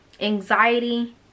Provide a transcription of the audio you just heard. anxiety